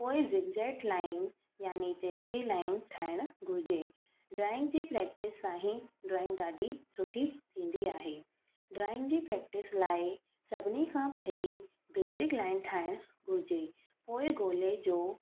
पोइ zigzag line याने तिरछी लाइन ठाहिणु घुरिजे ड्राईंग जी प्रैक्टिस सां हीअ ड्रॉईंग ॾाढी सुठी थींदी आहे ड्राईंग जी प्रैक्टिस लाइ सभिनी खां पहिरीं बेसिक लाइन ठाहिणु घुरिजे पोइ गोले जो